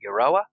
Euroa